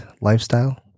Lifestyle